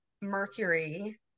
Mercury